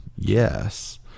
Yes